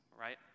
right